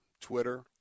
Twitter